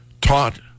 taught